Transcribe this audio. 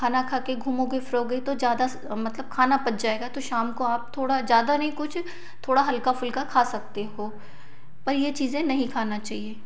खाना खाके घूमोगे फिरोगे तो ज़्यादा मतलब खाना पच जाएगा तो शाम को आप थोड़ा ज़्यादा नहीं कुछ थोड़ा हल्का फ़ुल्का खा सकते हो पर ये चीज़ें नहीं खाना चाहिए